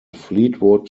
fleetwood